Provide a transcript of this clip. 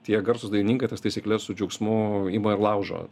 tie garsūs dainininkai tas taisykles su džiaugsmu ima ir laužo